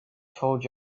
told